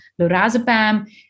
lorazepam